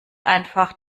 einfach